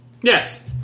Yes